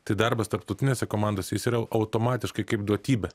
tai darbas tarptautinėse komandose jis yra automatiškai kaip duotybė